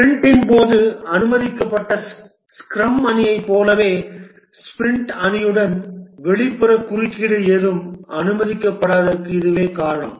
ஸ்பிரிண்டின் போது அனுமதிக்கப்பட்ட ஸ்க்ரம் அணியைப் போலவே ஸ்பிரிண்ட் அணியுடன் வெளிப்புற குறுக்கீடு எதுவும் அனுமதிக்கப்படாததற்கு இதுவே காரணம்